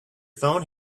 phone